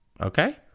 okay